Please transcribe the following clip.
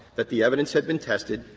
that the evidence had been tested,